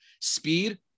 speed